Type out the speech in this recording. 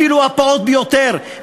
אפילו הפעוט ביותר,